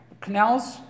Canals